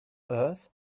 earth